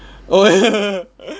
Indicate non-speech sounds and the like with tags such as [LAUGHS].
oh [LAUGHS]